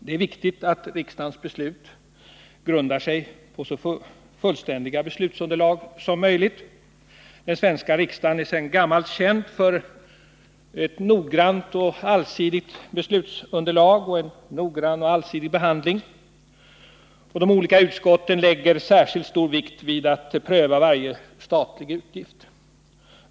Det är viktigt att riksdagens beslut grundar sig på så fullständiga beslutsunderlag som möjligt. Den svenska riksdagen är sedan gammalt känd för ett noggrant och allsidigt beslutsunderlag och en noggrann och allsidig behandling. De olika utskotten lägger särskilt stor vikt vid att pröva varje statlig utgift.